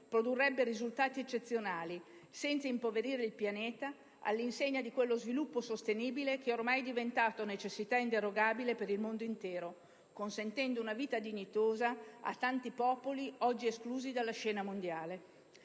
produrrebbe risultati eccezionali, senza impoverire il pianeta, all'insegna di quello sviluppo sostenibile che è ormai diventato necessità inderogabile per il mondo intero, consentendo una vita dignitosa a tanti popoli oggi esclusi dalla scena mondiale.